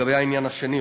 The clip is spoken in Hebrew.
לגבי העניין השני,